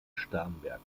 starnberg